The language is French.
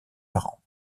parents